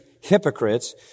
hypocrites